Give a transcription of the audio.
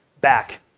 back